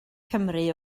cymru